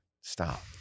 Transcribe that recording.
Stop